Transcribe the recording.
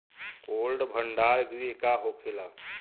Cold भण्डार गृह का होखेला?